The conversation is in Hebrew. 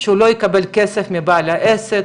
שהוא לא יקבל כסף מבעל העסק,